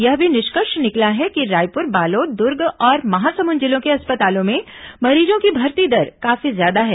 यह भी निष्कर्ष निकला है कि रायपुर बालोद दुर्ग और महासमुंद जिलों के अस्पतालों में मरीजों की भर्ती दर काफी ज्यादा है